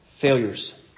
failures